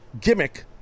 gimmick